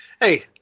Hey